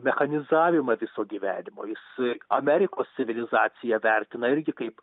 mechanizavimą viso gyvenimo jis amerikos civilizaciją vertina irgi kaip